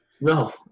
No